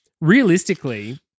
Realistically